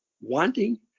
wanting